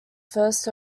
first